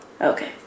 Okay